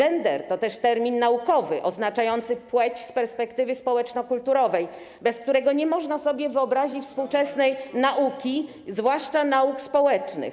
Gender to też termin naukowy, oznaczający płeć z perspektywy społeczno-kulturowej, bez której nie można sobie wyobrazić współczesnej nauki, zwłaszcza nauk społecznych.